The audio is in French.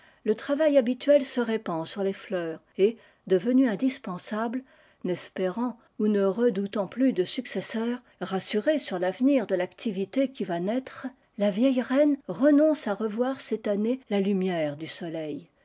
le travail habituel se répand sur les fleurs et devenue indispensable n'espérant ou ne redoutant plus de successeur rassurée sur l'avenir de l'activité qui naître la vieille reine renonce à revoir cette née la lumière du soleil